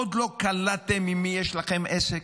עוד לא קלטתם עם מי יש לכם עסק?